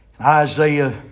Isaiah